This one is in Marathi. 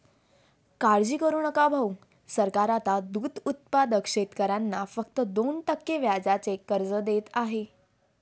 काळजी करू नका भाऊ, सरकार आता दूध उत्पादक शेतकऱ्यांना फक्त दोन टक्के व्याजाने कर्ज देत आहे